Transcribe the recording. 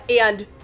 and-